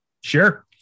Sure